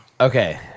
Okay